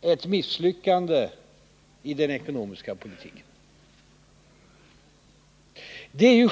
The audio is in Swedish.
ett misslyckande i den ekonomiska politiken. Herr talman!